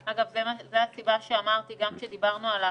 אגב, זה גם הסיבה שאמרתי, גם כשדיברנו על האכיפה,